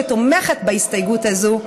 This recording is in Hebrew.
שתומכת בהסתייגות הזו,